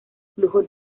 flujo